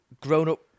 grown-up